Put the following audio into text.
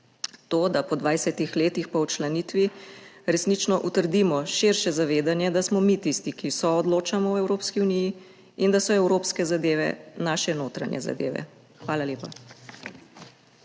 to, da po 20 letih po včlanitvi resnično utrdimo širše zavedanje, da smo mi tisti, ki soodločamo o Evropski uniji in da so evropske zadeve naše notranje zadeve. Hvala lepa.